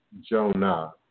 Jonah